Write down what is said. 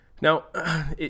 Now